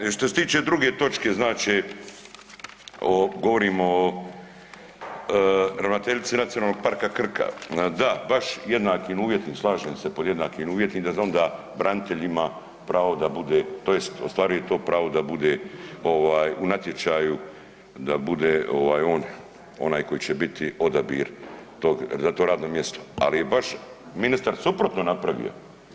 Ovaj, što se tiče druge točke znači govorimo od ravnateljici Nacionalnog parka Krka, da baš jednakim uvjetima, slažem se, pod jednakim uvjetima da onda branitelj ima pravo da bude tj. ostvaruje to pravo da bude ovaj u natječaju da bude ovaj on koji će biti odabir za to radno mjesto, ali je baš ministar suprotno napravio.